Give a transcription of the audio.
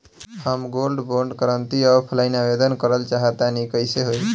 हम gold bond करंति offline आवेदन करल चाह तनि कइसे होई?